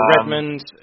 Redmond